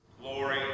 glory